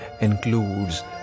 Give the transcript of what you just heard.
includes